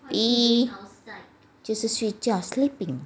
!ee! 就是睡觉 sleeping